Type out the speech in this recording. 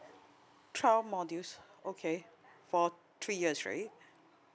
twelve modules okay for three years right